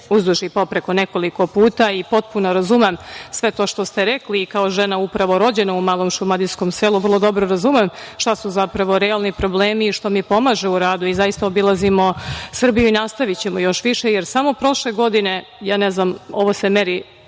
uzduž i popreko nekoliko puta i potpuno razumem sve to što ste rekli i kao žena upravo rođena u malom šumadijskom selu vrlo dobro razumem šta su zapravo realni problemi i što mi pomaže u radu. Zaista obilazimo Srbiju i nastavićemo još više, jer samo prošle godine, ja ne znam, ovo se meri